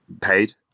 paid